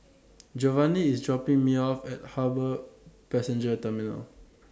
Jovani IS dropping Me off At Harbour Passenger Terminal